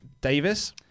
Davis